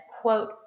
quote